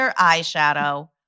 eyeshadow